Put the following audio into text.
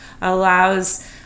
allows